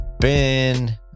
ben